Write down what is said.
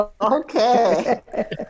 okay